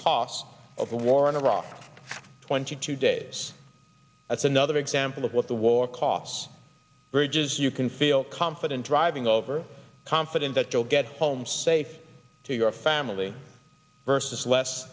cost of the war in iraq twenty two days that's another example of what the war costs bridges you can feel confident driving over confident that you'll get home safe to your family versus less